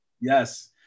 Yes